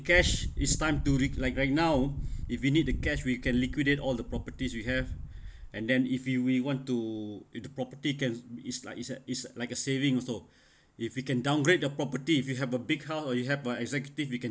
cash is time to rig~ like right now if you need the cash we can liquidate all the properties you have and then if you will want to if the property can it's like it's a it's like a savings so if you can downgrade the property if you have a big house or you have a executive you can